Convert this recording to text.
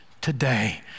today